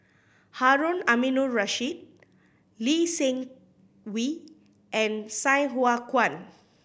Harun Aminurrashid Lee Seng Wee and Sai Hua Kuan